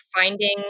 finding